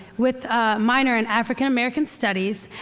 with a minor in african american studies.